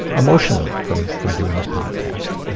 emotionally from from doing this podcast,